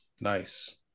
nice